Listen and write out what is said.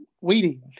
weeding